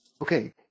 Okay